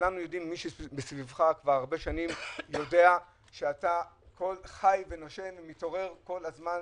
מי שמסביבך יודע שאתה חי ונושם את הכנסת,